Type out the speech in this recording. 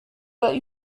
war